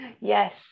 Yes